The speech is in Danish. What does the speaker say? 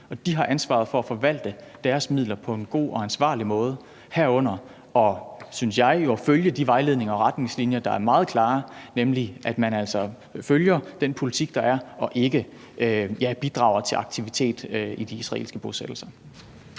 de har ansvaret for at forvalte deres midler på en god og ansvarlig måde, herunder, synes jeg jo, at følge de vejledninger og retningslinjer, der er meget klare, nemlig at man altså følger den politik, der er, og ikke bidrager til aktivitet i de israelske bosættelser.